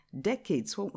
decades